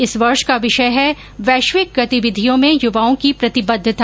इस वर्ष का विषय है वैश्विक गतिविधियों में युवाओं की प्रतिबद्धता